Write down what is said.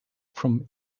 from